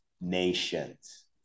nations